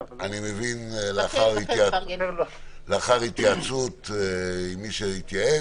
לאחר שהתייעץ עם מי שהתייעץ,